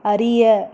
அறிய